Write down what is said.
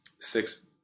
six